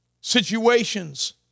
situations